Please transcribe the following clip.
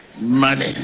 money